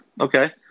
Okay